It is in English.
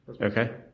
Okay